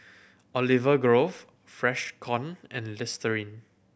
Olive Grove Freshkon and Listerine